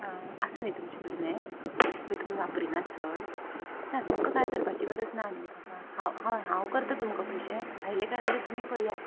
आसा न्ही तुमचे कडेन हें ओके तुमी वापरिनात चड ना तुमकां कांय करपाची गरज ना न्ही काका हय हांव करता तुमकां पयशे आयले कांय ना ते तुमी पयात